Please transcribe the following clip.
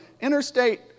Interstate